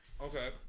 Okay